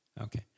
Okay